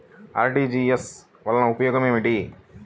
RTGS వలన ఉపయోగం ఏమిటీ?